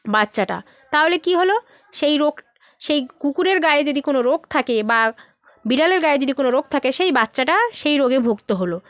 বাচ্চাটা তাহলে কী হল সেই রোগ সেই কুকুরের গায়ে যদি কোনও রোগ থাকে বা বিড়ালের গায়ে যদি কোনও রোগ থাকে সেই বাচ্চাটা সেই রোগে ভুক্ত হল